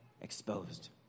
exposed